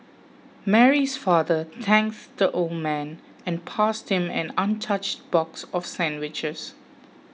Mary's father thanked the old man and passed him an untouched box of sandwiches